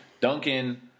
Duncan